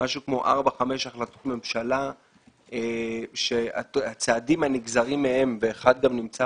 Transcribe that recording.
משהו כמו ארבע-חמש החלטות ממשלה שהצעדים הנגזרים מהם ואחד נמצא